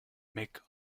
make